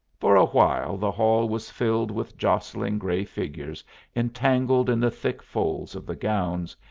for a while the hall was filled with jostling gray figures entangled in the thick folds of the gowns,